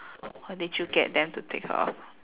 how did you get them to take her off